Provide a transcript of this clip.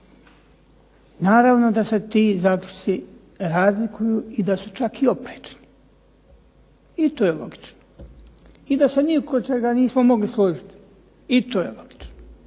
Naravno da se ti zaključci razlikuju i da su čak oprečni i to je logično i da se ni oko čega nismo mogli složiti. I to je logično.